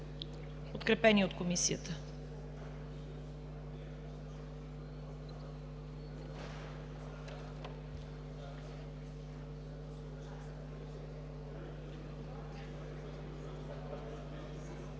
подкрепени от Комисията.